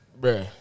bro